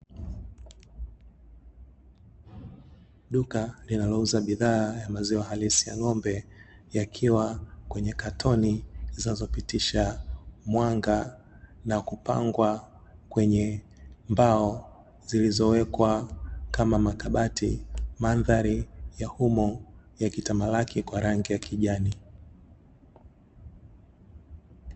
Duka linalouza bidhaa ya maziwa halisi ya ng'ombe yakiwa kwenye katoni, zinazopitisha mwanga na kupangwa kwenye mbao zilizowekwa kama kabati, mandhari ya humo yakitamalaki kwa rangi ya kijani.